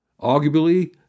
Arguably